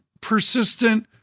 persistent